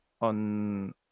on